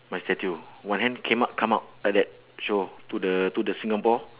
my statue one hand came up come up like that show to the to the singapore